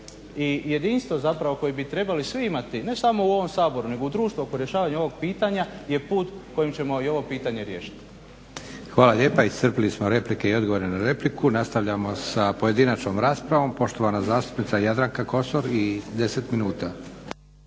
i jedinstvo zapravo koje bi trebali svi imati, ne samo u ovom Saboru nego u društvu oko rješavanja ovog pitanja je put kojim ćemo i ovo pitanje riješiti. **Leko, Josip (SDP)** Hvala lijepa. Iscrpili smo replike i odgovore na repliku. Nastavljamo sa pojedinačnom raspravom. Poštovana zastupnica Jadranka Kosor i 10 minuta.